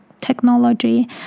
technology